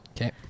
Okay